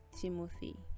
Timothy